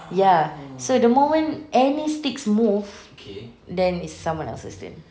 ya so the moment any sticks move then it's someone else's turn